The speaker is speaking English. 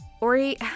Ori